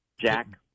Jack